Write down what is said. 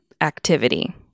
activity